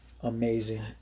amazing